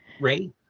Ray